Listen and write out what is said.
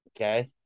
Okay